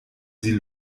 sie